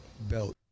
Belt